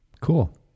Cool